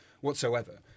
whatsoever